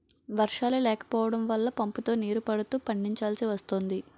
వర్షాలే లేకపోడం వల్ల పంపుతో నీరు పడుతూ పండిచాల్సి వస్తోంది